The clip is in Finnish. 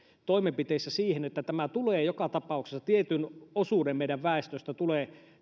toimenpiteissä siihen että joka tapauksessa tietty osuus meidän väestöstämme tulee